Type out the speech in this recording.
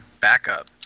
backup